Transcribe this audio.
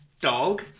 Dog